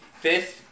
fifth